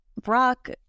Brock